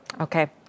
Okay